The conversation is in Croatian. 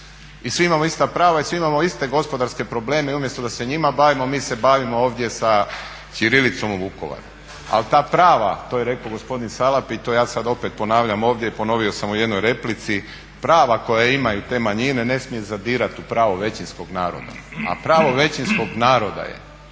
I svi imamo ista prava i svi imamo iste gospodarske probleme i umjesto da se njima bavimo mi se bavimo ovdje sa ćirilicom u Vukovaru. Ali ta prava, to je rekao gospodin Salapić i to ja sada opet ponavljam ovdje i ponovi sam u jednoj replici, prava koja imaju te manjine ne smije zadirati u pravo većinskog naroda. A pravo većinskog naroda je